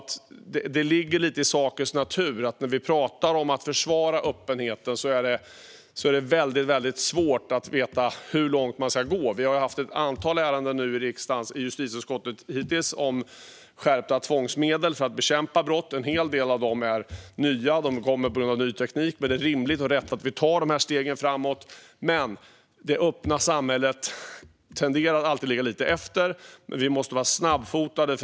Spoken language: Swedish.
Men när man pratar om att försvara öppenheten ligger det lite i sakens natur att det är svårt att veta hur långt man ska gå. Riksdagens justitieutskott har haft ett antal ärenden hittills om skärpta tvångsmedel för att bekämpa brott. En hel del av dem är nya. De kommer till på grund av ny teknik. Det är rimligt och rätt att vi tar de stegen framåt. Men det öppna samhället tenderar att alltid ligga lite efter. Vi måste vara snabbfotade.